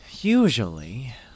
Usually